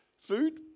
food